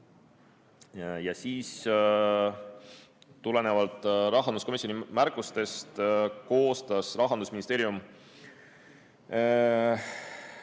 edasi. Tulenevalt rahanduskomisjoni märkustest koostas Rahandusministeerium